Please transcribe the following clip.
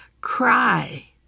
cry